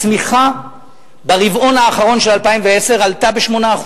הצמיחה ברבעון האחרון של 2010 עלתה ב-8%,